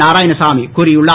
நாராயணசாமி கூறியுள்ளார்